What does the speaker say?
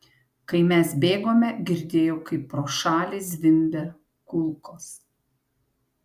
kai mes bėgome girdėjau kaip pro šalį zvimbia kulkos